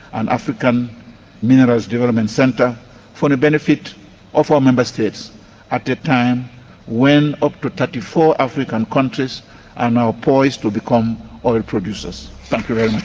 an african minerals development centre for the benefit of our member states at the time when up to thirty four african countries are now poised to become oil producers. thank you very much.